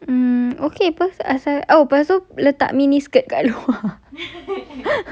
mm okay aku rasa lepas tu letak mini skirt kat luar